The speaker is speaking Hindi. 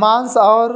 मांस और